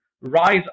rise